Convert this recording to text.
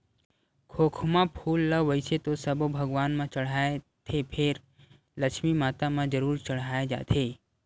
खोखमा फूल ल वइसे तो सब्बो भगवान म चड़हाथे फेर लक्छमी माता म जरूर चड़हाय जाथे